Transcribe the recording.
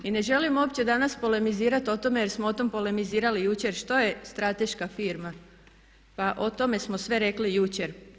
I ne želim uopće danas polemizirati o tome jer smo o tome polemizirali jučer što je strateška firma, pa o tome smo sve rekli jučer.